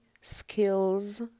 skills